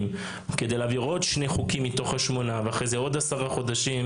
כדי להעביר עוד שני חוקים מתוך השמונה ואחרי זה עוד עשרה חודשים,